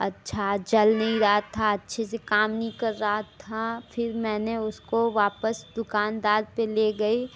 अच्छा जल नहीं रहा था अच्छे से काम नहीं कर रहा था फिर मैंने उसको वापस दुकानदार पर ले गई